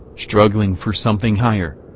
struggling for something higher.